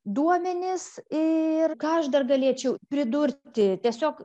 duomenis ir ką aš dar galėčiau pridurti tiesiog